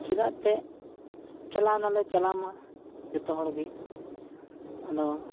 ᱪᱮᱫᱟᱜ ᱛᱮ ᱪᱟᱞᱟᱣ ᱱᱟᱞᱮ ᱪᱟᱞᱟᱣᱢᱟ ᱡᱚᱛᱚ ᱦᱚᱲ ᱜᱮ ᱟᱫᱚ